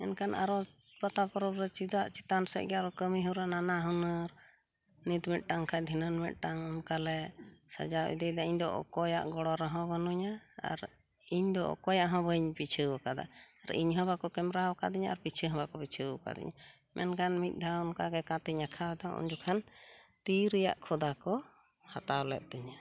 ᱮᱱᱠᱷᱟᱱ ᱟᱨᱦᱚᱸ ᱯᱟᱛᱟ ᱯᱚᱨᱚᱵᱽ ᱨᱮ ᱪᱮᱫᱟᱜ ᱟᱨᱚ ᱪᱮᱛᱟᱱ ᱥᱮᱫ ᱜᱮ ᱠᱟᱢᱤ ᱦᱚᱨᱟ ᱱᱟᱱᱟ ᱦᱩᱱᱟᱹᱨ ᱱᱤᱛ ᱢᱤᱫᱴᱟᱝ ᱠᱷᱟᱡ ᱫᱷᱤᱱᱟᱹᱱ ᱢᱤᱫᱴᱟᱝ ᱚᱱᱠᱟᱞᱮ ᱥᱟᱡᱟᱣ ᱤᱫᱤᱭᱫᱟ ᱤᱧᱫᱚ ᱚᱠᱚᱭᱟᱜ ᱜᱚᱲᱚ ᱨᱮᱦᱚᱸ ᱵᱟᱹᱱᱩᱧᱟ ᱟᱨ ᱤᱧᱫᱚ ᱚᱠᱚᱭᱟᱜ ᱦᱚᱸ ᱵᱟᱹᱧ ᱯᱤᱪᱷᱟᱹᱣ ᱟᱠᱟᱫᱟ ᱟᱨ ᱤᱧᱦᱚᱸ ᱵᱟᱠᱚ ᱠᱮᱢᱨᱟᱣ ᱠᱟᱹᱫᱤᱧᱟ ᱟᱨ ᱯᱤᱪᱷᱟᱹ ᱦᱚᱸ ᱵᱟᱠᱚ ᱯᱤᱪᱷᱟᱹᱣ ᱠᱟᱫᱤᱧᱟ ᱢᱮᱱᱠᱷᱟᱱ ᱢᱤᱫ ᱫᱷᱟᱣ ᱚᱱᱠᱟᱜᱮ ᱠᱟᱸᱛᱤᱧ ᱟᱸᱠᱟᱣᱫᱟ ᱩᱱᱡᱚᱠᱷᱟᱱ ᱛᱤᱨᱮᱭᱟᱜ ᱠᱷᱚᱫᱟ ᱠᱚ ᱦᱟᱛᱟᱣ ᱞᱮᱫ ᱛᱤᱧᱟᱹ